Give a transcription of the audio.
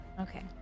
Okay